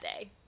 day